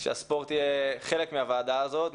שהספורט יהיה חלק מהוועדה הזאת.